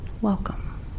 welcome